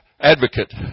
advocate